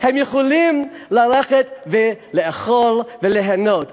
הם יכולים ללכת ולאכול וליהנות.